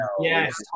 Yes